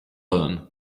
learn